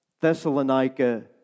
Thessalonica